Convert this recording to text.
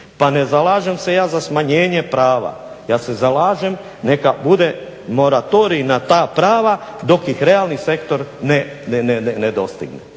Pa ne zalažem se ja za smanjenje prava, ja se zalažem neka bude moratorij na ta prava dok ih realni sektor ne dostigne.